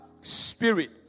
spirit